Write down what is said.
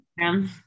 Instagram